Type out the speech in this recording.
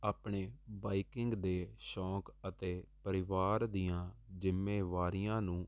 ਆਪਣੇ ਬਾਈਕਿੰਗ ਦੇ ਸ਼ੌਂਕ ਅਤੇ ਪਰਿਵਾਰ ਦੀਆਂ ਜ਼ਿੰਮੇਵਾਰੀਆਂ ਨੂੰ